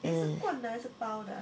um